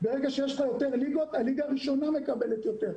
כי ברגע שיש לך יותר ליגות הליגה הראשונה מקבלת יותר.